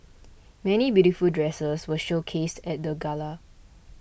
many beautiful dresses were showcased at the gala